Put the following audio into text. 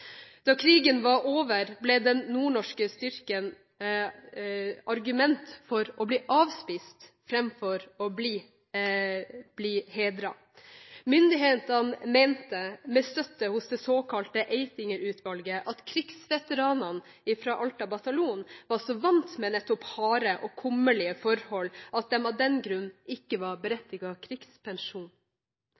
Da krigen var over, ble den nordnorske styrken et argument for å bli avspist fremfor å bli hedret. Myndighetene mente – med støtte fra det såkalte Eitinger-utvalget – at krigsveteranene fra Alta bataljon var så vant med nettopp harde og kummerlige forhold at de av den grunn ikke var berettiget krigspensjon.